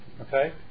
okay